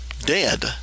dead